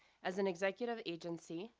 as an executive agency,